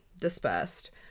dispersed